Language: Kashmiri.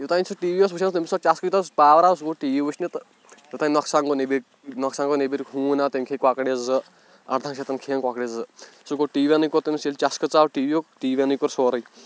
یوٚتام سُہ ٹی وی اوس وٕچھان تٔمِس ژاو چَسکہٕ یوٗتاہ پاوَر آو سُہ گوٚو ٹی وی وٕچھنہِ تہٕ یوٚتام نۄقصان گوٚو نیٚبٕرۍ نۄقصان گوٚو نیٚبٕرۍ ہوٗن آو تٔمۍ کھے کۄکرِ زٕ اَردٕہَن شَتَن کھیٚیَن کۄکرِ زٕ سُہ گوٚو ٹی وِیَنٕے کوٚر تٔمِس ییٚلہِ چَسکہٕ ژاو ٹی وی یُک ٹی وِینٕے کوٚر سورُے